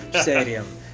stadium